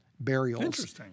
burials